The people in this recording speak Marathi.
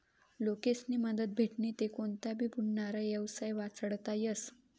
लोकेस्नी मदत भेटनी ते कोनता भी बुडनारा येवसाय वाचडता येस